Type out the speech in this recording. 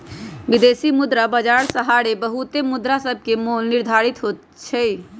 विदेशी मुद्रा बाजार सहारे बहुते मुद्रासभके मोल निर्धारित होतइ छइ